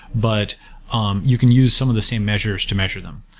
but um you can use some of the same measures to measure them.